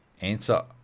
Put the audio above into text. answer